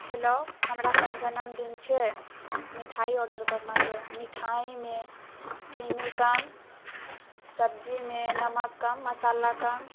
hello हमरा कल जन्मदिन छै मिठाइ आर्डर करना छै मिठाइमे चीनी कम सब्जीमे नमक कम मसाला कम